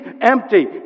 empty